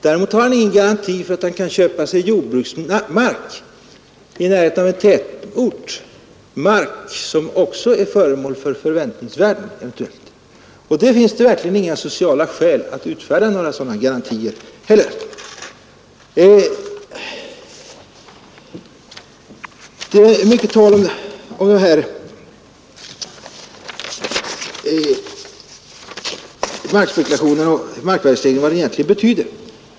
Däremot har han ingen garanti för att han kan köpa sig jordbruksmark i närheten av en tätort, mark som eventuellt också har förväntningsvärde, och det finns verkligen inte heller några sociala skäl för att utfärda sådana garantier. Det är mycket tal om vad markspekulationen och markvärdestegringen egentligen betyder.